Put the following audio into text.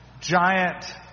giant